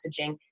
messaging